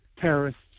terrorists